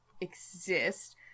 exist